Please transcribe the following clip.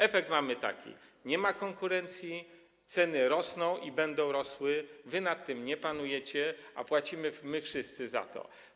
Efekt mamy taki: nie ma konkurencji, ceny rosną i będą rosły, wy nad tym nie panujecie, a płacimy my wszyscy za to.